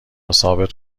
ثابت